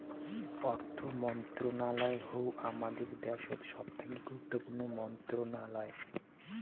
অর্থ মন্ত্রণালয় হউ হামাদের দ্যাশোত সবথাকি গুরুত্বপূর্ণ মন্ত্রণালয়